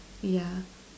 yeah